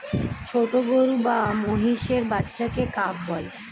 ছোট গরু বা মহিষের বাচ্চাকে কাফ বলে